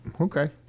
Okay